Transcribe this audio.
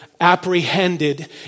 apprehended